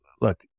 look